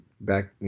Back